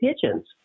pigeons